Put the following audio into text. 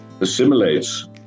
assimilates